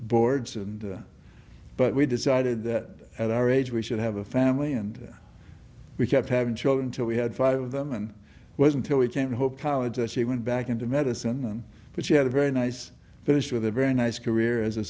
boards and but we decided that at our age we should have a family and we kept having children till we had five of them and was until we can hope college as she went back into medicine but she had a very nice finish with a very nice career as a